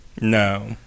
No